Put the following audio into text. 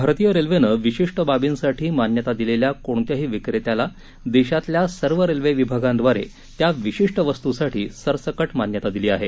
भारतीय रेल्वेनं विशिष्ट बाबी साठी मान्यता दिलेल्या कोणत्याही विक्रेत्याला देशातल्या सर्व रेल्वे विभागाद्वारे त्या विशिष्ट वस्तूसाठी सरसकट मान्यता दिली आहे